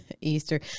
Easter